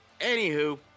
anywho